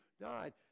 died